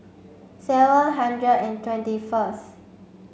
seven hundred and twenty first